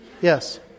Yes